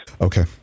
Okay